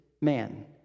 man